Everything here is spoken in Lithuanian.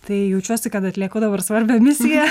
tai jaučiuosi kad atlieku dabar svarbią misiją